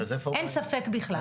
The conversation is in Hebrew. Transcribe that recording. אין ספק בכלל.